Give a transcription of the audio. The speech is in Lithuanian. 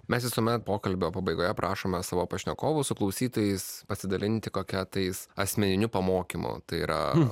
mes visuomet pokalbio pabaigoje prašome savo pašnekovų su klausytojais pasidalinti kokia tais asmeniniu pamokymu tai yra